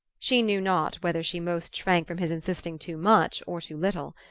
she knew not whether she most shrank from his insisting too much or too little.